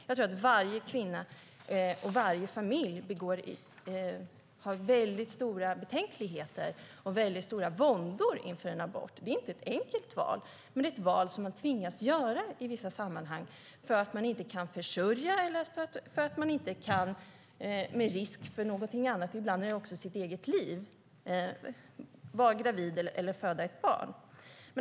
Jag tror att varje kvinna och varje familj har stora betänkligheter och stora våndor inför en abort. Det är inte ett enkelt val, men det är ett val som man tvingas göra i vissa sammanhang, kanske för att man inte klarar försörjningen eller för att det är en risk, ibland för kvinnans eget liv, att vara gravid eller föda ett barn.